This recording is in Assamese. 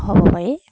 হ'ব পাৰি